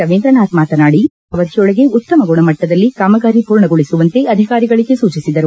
ರವೀಂದ್ರನಾಥ್ ಮಾತನಾಡಿ ನಿಗದಿತ ಅವಧಿಯೊಳಗೆ ಉತ್ತಮಗುಣಮಟ್ಟದಲ್ಲಿ ಕಾಮಗಾರಿ ಪೂರ್ಣಗೊಳಿಸುವಂತೆ ಅಧಿಕಾರಿಗಳಿಗೆ ಸೂಚಿಸಿದರು